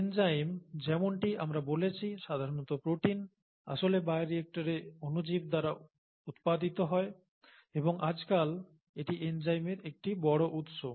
enzyme যেমনটি আমরা বলেছি সাধারণত প্রোটিন আসলে বায়োরিঅ্যাক্টরে অণুজীব দ্বারা উৎপাদিত হয় এবং আজকাল এটি এনজাইমের একটি বড় উৎস